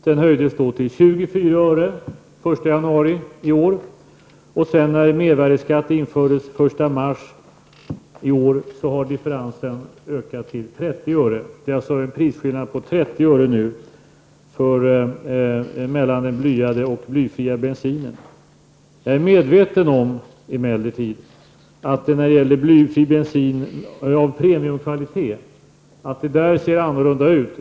Den höjdes till 24 öre den 1 januari i år. När mervärdeskatten infördes den 1 mars i år ökade differensen till 30 öre. Prisskillnaden är alltså 30 öre mellan den blyade och den blyfria bensinen i dag. Jag är emellertid medveten om att när det gäller blyfri bensin av premiumkvalitet ser det annorlunda ut.